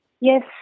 Yes